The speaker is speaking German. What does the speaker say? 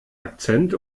akzent